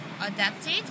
adapted